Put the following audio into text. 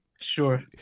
sure